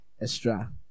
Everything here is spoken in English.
extra